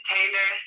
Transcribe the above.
Taylor